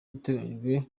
iteganyijwe